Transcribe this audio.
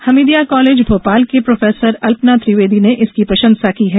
Hamidia college Bhopal की professor Alpana Trivedi ने इसकी प्रशंसा की है